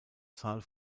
zahl